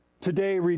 Today